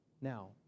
Now